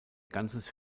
ganzes